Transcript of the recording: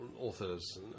authors